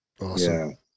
Awesome